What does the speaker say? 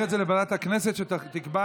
אתה לא קראת למשה טור פז להצביע